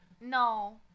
No